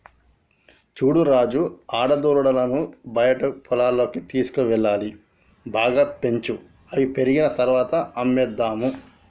చూడు రాజు ఆడదూడలను బయట పొలాల్లోకి తీసుకువెళ్లాలి బాగా పెంచు అవి పెరిగిన తర్వాత అమ్మేసేద్దాము